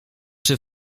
czy